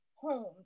Homes